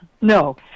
no